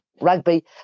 rugby